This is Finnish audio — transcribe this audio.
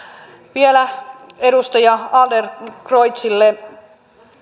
vielä edustaja adlercreutzille